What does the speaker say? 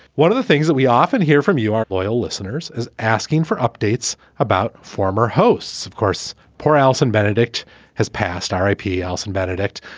one of the things that we often hear from you are loyal listeners is asking for updates about former hosts. of course, poor allison benedikt has passed r i p. allison benedikt.